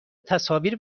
تصاویر